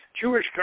Jewish